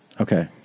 Okay